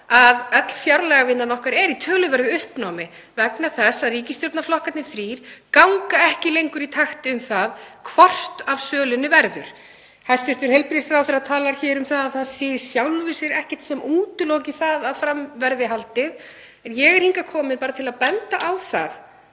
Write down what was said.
að öll fjárlagavinnan okkar er í töluverðu uppnámi vegna þess að ríkisstjórnarflokkarnir þrír ganga ekki lengur í takt um það hvort af sölunni verður. Hæstv. heilbrigðisráðherra talar hér um að það sé í sjálfu sér ekkert sem útiloki það að fram verði haldið. Ég er hingað komin til að benda á það